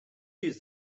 use